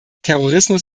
terrorismus